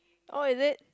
oh is it